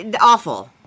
awful